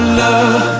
love